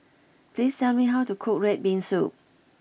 please tell me how to cook Red Bean Soup